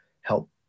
help